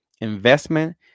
investment